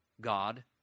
god